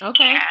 Okay